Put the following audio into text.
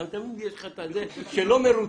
תמיד יש לך חלק שלא מרוצה.